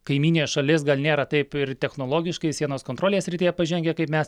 kaimynė šalis gal nėra taip ir technologiškai sienos kontrolės srityje pažengę kaip me